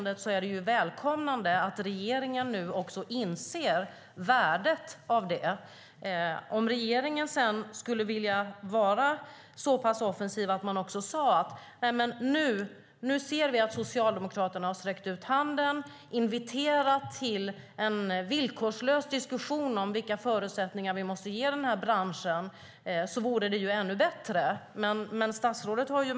Det är välkommet att regeringen nu inser värdet av detta. Det vore ännu bättre om regeringen skulle vara så pass offensiv att man inviterade till en villkorslös diskussion om vilka förutsättningar vi måste ge den här branschen, när man nu sett att Socialdemokraterna sträcker ut handen.